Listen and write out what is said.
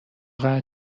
قطع